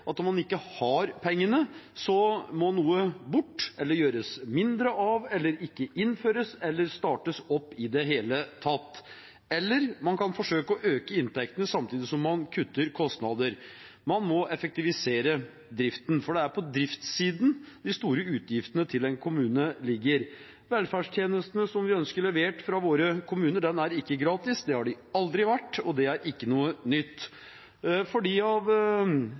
at om man ikke har pengene, må noe bort, gjøres mindre av eller ikke innføres eller startes opp i det hele tatt – eller man kan forsøke å øke inntektene samtidig som man kutter kostnader. Man må effektivisere driften, for det er på driftssiden de store utgiftene til en kommune ligger. Velferdstjenestene som vi ønsker levert fra våre kommuner, er ikke gratis. Det har de aldri vært, og det er ikke noe nytt. De her som har vært medlem av